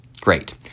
great